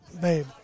Babe